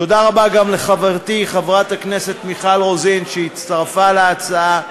תודה רבה גם לחברתי חברת הכנסת מיכל רוזין שהצטרפה להצעה.